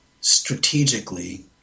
strategically